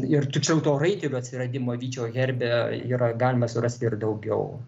ir tiksliau to raitelio atsiradimo vyčio herbe yra galime surasti ir daugiau